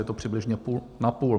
Je to přibližně půl na půl.